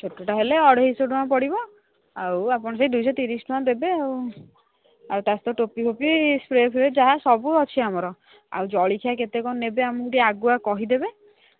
ଛୋଟଟା ହେଲେ ଅଢ଼େଇଶହ ଟଙ୍କା ପଡ଼ିବ ଆଉ ଆପଣ ସେହି ଦୁଇଶହ ତିରିଶ ଟଙ୍କା ଦେବେ ଆଉ ଆଉ ତା ସହ ଟୋପି ଫୋପି ସ୍ପ୍ରେ ଫ୍ରେ ଯାହା ସବୁ ଅଛି ଆମର ଆଉ ଜଳଖିଆ କେତେ କ'ଣ ନେବେ ଆମକୁ ଟିକେ ଆଗୁଆ କହି ଦେବେ